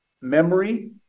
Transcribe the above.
Memory